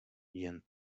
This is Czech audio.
jen